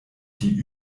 die